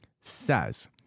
says